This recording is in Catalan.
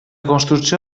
construcció